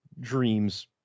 Dream's